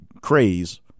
craze